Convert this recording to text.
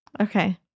okay